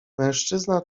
mężczyzna